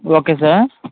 okay sir